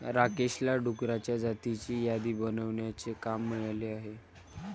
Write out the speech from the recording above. राकेशला डुकरांच्या जातींची यादी बनवण्याचे काम मिळाले आहे